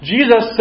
Jesus